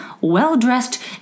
well-dressed